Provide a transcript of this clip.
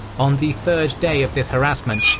on the third day of this harassment,